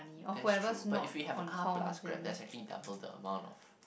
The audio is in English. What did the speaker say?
that's true but if we have a car plus grab that's actually the double the amount of